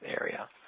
area